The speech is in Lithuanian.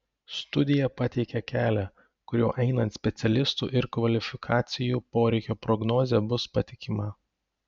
studija pateikia kelią kuriuo einant specialistų ir kvalifikacijų poreikio prognozė bus patikima